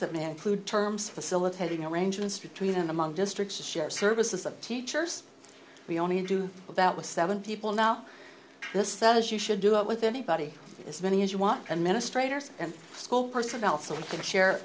that man include terms facilitating arrangements between and among districts to share services of teachers we only do about with seven people now chris says you should do it with anybody as many as you want administrators and school personnel so we can share